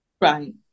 Right